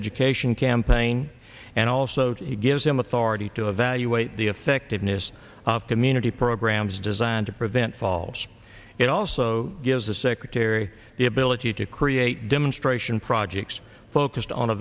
education campaign and also to give him authority to evaluate the effectiveness of community programs designed to prevent falls it also gives the secretary the ability to create demonstration projects focused on